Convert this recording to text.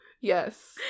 Yes